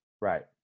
Right